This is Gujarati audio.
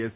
એસ